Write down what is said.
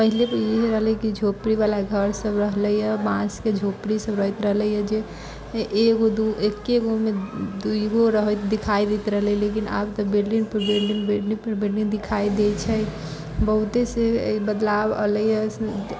पहिलेके ई रहले कि झोपड़ी बला घर सभ रहलै बाँसके झोपड़ी सभ रहैत रहलै जे एगो दू एक्के गोमे दूगो रहैत देखाइत रहलनि लेकिन आब तऽ बिल्डिंग पर बिल्डिंग बिल्डिंग पर बिल्डिंग देखाइ दै छै बहुते से बदलाव अयलै है